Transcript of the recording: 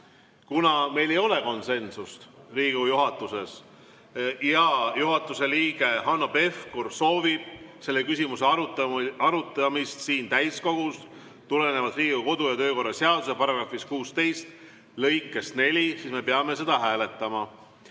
Kuna meil ei ole konsensust Riigikogu juhatuses ja juhatuse liige Hanno Pevkur soovib selle küsimuse arutamist siin täiskogus tulenevalt Riigikogu kodu‑ ja töökorra seaduse § 16 lõikest 4, siis me peame seda hääletama.